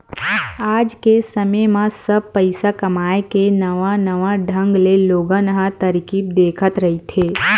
आज के समे म सब पइसा कमाए के नवा नवा ढंग ले लोगन ह तरकीब देखत रहिथे